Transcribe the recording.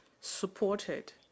supported